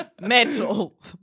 Metal